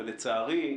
ולצערי,